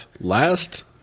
Last